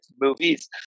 movies